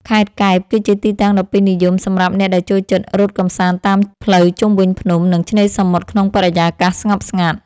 ខេត្តកែប គឺជាទីតាំងដ៏ពេញនិយមសម្រាប់អ្នកដែលចូលចិត្តរត់កម្សាន្តតាមផ្លូវជុំវិញភ្នំ និងឆ្នេរសមុទ្រក្នុងបរិយាកាសស្ងប់ស្ងាត់។